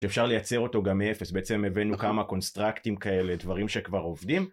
שאפשר לייצר אותו גם מאפס, בעצם הבאנו כמה קונסטרקטים כאלה, דברים שכבר עובדים